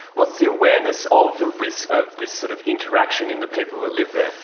what's the awareness of the risk of this sort of interaction in the people that live there?